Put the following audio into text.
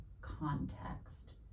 context